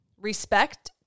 respect